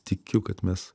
tikiu kad mes